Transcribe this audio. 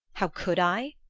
how could i?